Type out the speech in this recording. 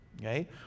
Okay